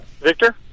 Victor